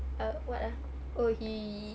err what ah oh he